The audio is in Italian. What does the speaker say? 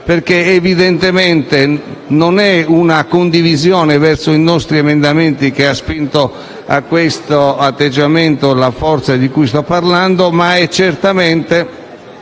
legge. Evidentemente, non è la condivisione verso i nostri emendamenti che ha spinto a questo atteggiamento la forza di cui sto parlando, ma è certamente